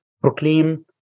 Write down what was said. proclaim